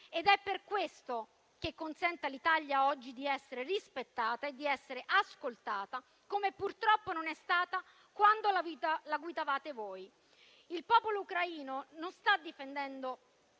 è per questo che consente all'Italia oggi di essere rispettata e ascoltata, come purtroppo non è avvenuto quando la guidavate voi. Il popolo ucraino non sta difendendo